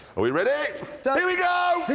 are we ready? here we go!